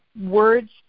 words